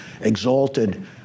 exalted